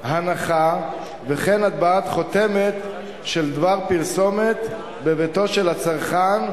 הנחה וכן הטבעת חותמת של דבר פרסומת בביתו של הצרכן,